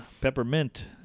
peppermint